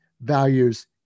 values